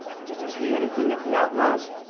did you see anything of the outlaws?